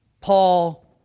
Paul